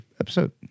episode